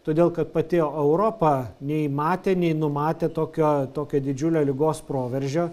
todėl kad pati europa nei matė nei numatė tokio tokio didžiulio ligos proveržio